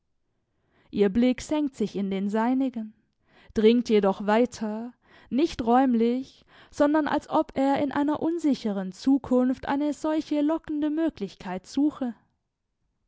ihr blick senkt sich in den seinigen dringt jedoch weiter nicht räumlich sondern als ob er in einer unsicheren zukunft eine solche lockende möglichkeit suche